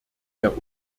der